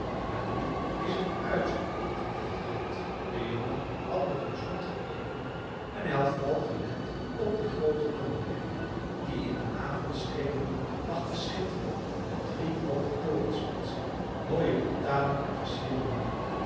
maar nu is het uit met die deftigheid de jongen had nog eens rondgekeken en hij had vooral gelet op de groote domkerk die in de avondschemering lag te schitteren met drie hooge torenspitsen mooie portalen en versierde muren